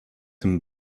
him